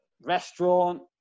restaurant